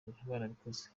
barabikoze